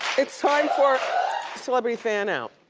it's time for celebrity fan out.